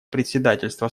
председательства